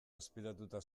azpiratuta